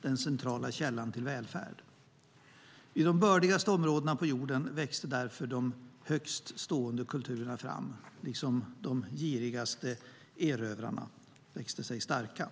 den centrala källan till välfärd. Vid de bördigaste områdena på jorden växte därför de högst stående kulturerna liksom de girigaste erövrarna sig starka.